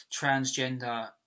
transgender